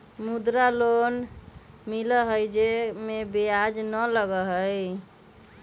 मुद्रा लोन मिलहई जे में ब्याज न लगहई?